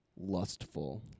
lustful